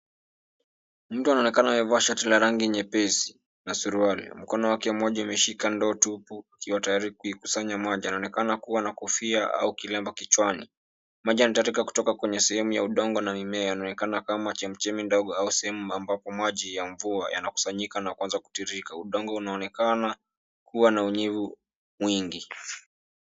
Mtu anaonekana amevaa shati la rangi nyepesi na suruali. Mkono wake mmoja imeshika ndoo tupu ikiwa tayari kuikusanya maji. Anaonekana kuwa na kofia au kilemba kichwani. Maji yanatiririka kutoka kwenye sehemu ya udongo na mimea yanaonekana kama chemichemi ndogo au sehemu ambapo maji ya mvua yanakusanyika na kuanza kutiririka. Udongo unaonekana kuwa na unyevu mwingi.